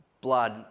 blood